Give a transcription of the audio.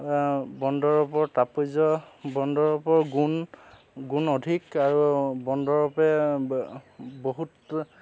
বনদৰৱৰ তাৎপৰ্য বনদৰৱৰ গুণ গুণ অধিক আৰু বনদৰৱে বহুত